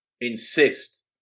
insist